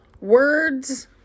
Words